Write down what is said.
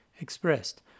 expressed